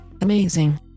amazing